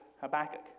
Habakkuk